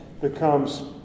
becomes